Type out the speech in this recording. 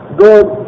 good